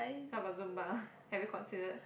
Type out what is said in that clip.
how about zumba have you considered